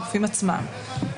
הגופים עצמם.